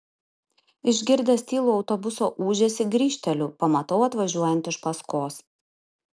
išgirdęs tylų autobuso ūžesį grįžteliu pamatau atvažiuojant iš paskos